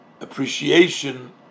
appreciation